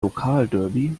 lokalderby